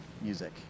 music